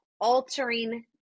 altering